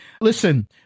listen